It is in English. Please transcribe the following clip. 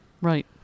Right